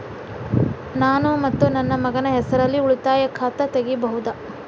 ನಾನು ಮತ್ತು ನನ್ನ ಮಗನ ಹೆಸರಲ್ಲೇ ಉಳಿತಾಯ ಖಾತ ತೆಗಿಬಹುದ?